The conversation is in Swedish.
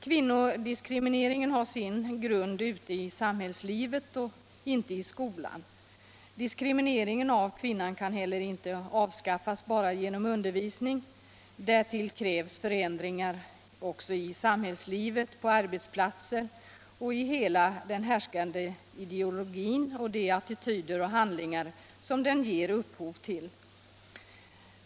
Kvinnodiskrimineringen har sin grund ute i samhällslivet och inte i skolan. Diskrimineringen av kvinnan kan inte heller avskaffas bara genom undervisning. Därtill krävs förändringar i samhällslivet och på arbetsplatserna, i hela den härskande ideologin och de attityder och hand — Nr 134 lingar som denna ger upphov till.